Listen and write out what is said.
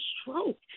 stroke